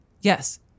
Yes